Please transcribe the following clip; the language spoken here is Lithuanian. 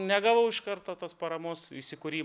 negavau iš karto tos paramos įsikūrimo